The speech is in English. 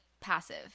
passive